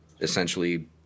essentially